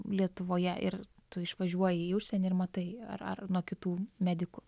lietuvoje ir tu išvažiuoji į užsienį ir matai ar ar nuo kitų medikų